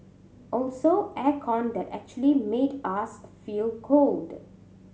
also air con that actually made us feel cold